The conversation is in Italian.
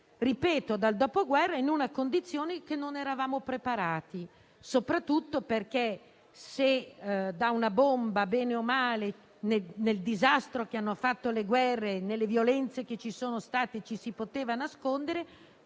ripeto - dal Dopoguerra in una condizione cui non eravamo preparati, soprattutto perché, se da una bomba, bene o male, pur nel disastro causato dalle guerre e dalle violenze perpetrate, ci si poteva nascondere,